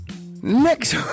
Next